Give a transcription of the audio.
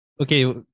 okay